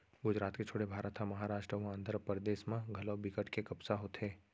गुजरात के छोड़े भारत म महारास्ट अउ आंध्रपरदेस म घलौ बिकट के कपसा होथे